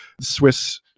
Swiss